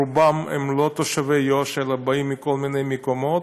רובם הם לא תושבי יו"ש אלא באים מכל מיני מקומות,